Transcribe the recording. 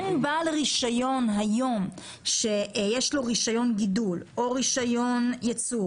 אין היום בעל רישיון שיש לו רישיון גידול או רישיון ייצור